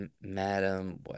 Madam